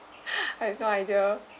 I have no idea